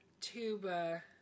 tuba